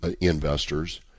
investors